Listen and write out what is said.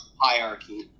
hierarchy